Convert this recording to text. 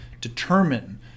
determine